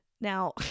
now